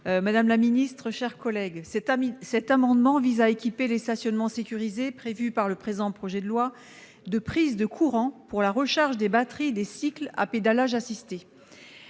l'amendement n° 863 rectifié. Cet amendement vise à équiper les stationnements sécurisés prévus par le présent projet de loi de prises de courant pour la recharge des batteries des cycles à pédalage assisté.